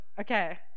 okay